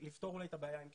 לפתור אולי את הבעיה עם כסף.